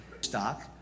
stock